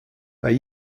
bei